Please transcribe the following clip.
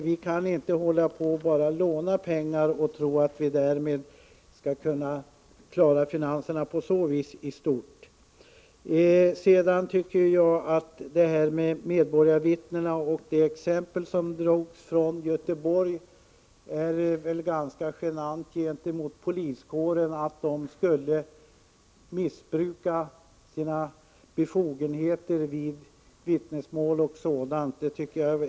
Vi kan inte bara fortsätta att låna pengar och tro att vi på så vis skall klara finanserna. Med det exempel som drogs upp här från Göteborg när det gäller medborgarvittnen riktar man udden mot poliskåren och menar att den skulle missbruka sina befogenheter vid upptagande av vittnesmål m.m.